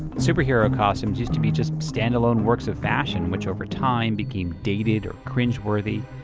superhero costumes used to be just standalone works of fashion which over time became dated or cringeworthy.